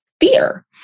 fear